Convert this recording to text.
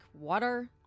Water